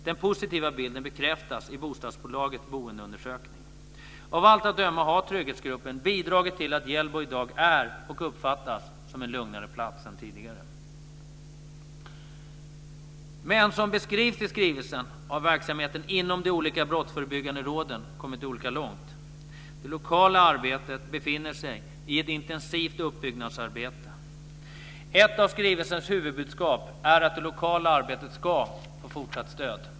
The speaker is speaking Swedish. Den positiva bilden bekräftas i bostadsbolagets boendeundersökning. Av allt att döma har trygghetsgruppen bidragit till att Hjällbo i dag är och uppfattas som en lugnare plats än tidigare. Men verksamheten inom de olika brottsförebyggande råden har, som beskrivs i skrivelsen, kommit olika långt. Det lokala arbetet befinner sig i ett intensivt uppbyggnadsarbete. Ett av skrivelsens huvudbudskap är att det lokala arbetet ska få fortsatt stöd.